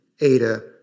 Ada